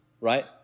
right